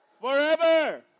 forever